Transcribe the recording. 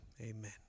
amen